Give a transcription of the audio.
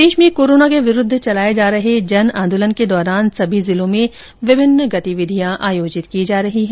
प्रदेश में कोरोना के विरूद्व चलाए जा रहे जन आंदोलन के दौरान सभी जिलों में विभिन्न गतिविधियां आयोजित की जा रही है